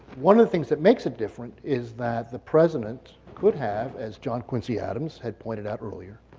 one of the things that makes it different is that the president could have, as john quincy adams had pointed out earlier,